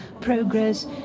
progress